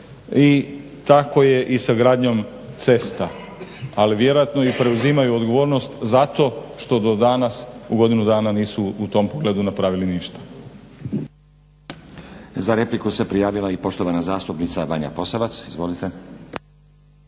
i tako je i sa gradnjom cesta. Ali vjerojatno i preuzimaju odgovornost za to što do danas u godinu dana nisu u tom pogledu napravili ništa.